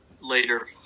later